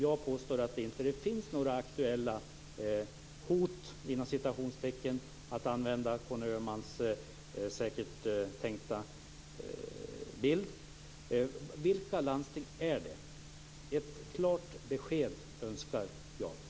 Jag påstår att det inte finns några aktuella "hot", för att använda den bild som Conny Öhman säkert tänker sig. Vilka landsting är det? Jag önskar ett klart besked.